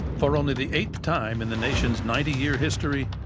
for only the eighth time in the nation's ninety year history,